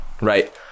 right